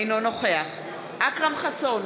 אינו נוכח אכרם חסון,